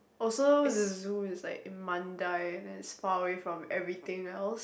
oh so the zoo is like in Mandai and then far away from everything else